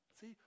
see